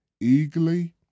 eagerly